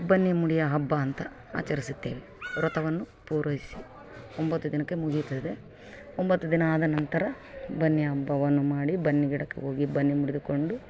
ಬನ್ನಿ ಮುಡಿಯೋ ಹಬ್ಬ ಅಂತ ಆಚರಿಸುತ್ತೇವೆ ವ್ರತವನ್ನು ಪೂರೈಸಿ ಒಂಬತ್ತು ದಿನಕ್ಕೆ ಮುಗಿಯುತ್ತದೆ ಒಂಬತ್ತು ದಿನ ಆದನಂತರ ಬನ್ನಿ ಹಬ್ಬವನ್ನು ಮಾಡಿ ಬನ್ನಿ ಗಿಡಕ್ಕೆ ಹೋಗಿ ಬನ್ನಿ ಮುಡಿದುಕೊಂಡು